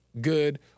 good